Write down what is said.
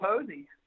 Posey